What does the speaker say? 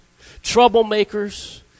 troublemakers